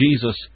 Jesus